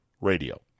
radio